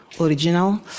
original